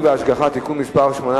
מאז השירות לא ניתן על-ידי אחיות מוסמכות,